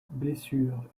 blessure